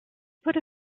put